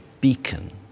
beacon